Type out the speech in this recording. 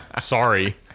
Sorry